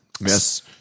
Yes